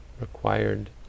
required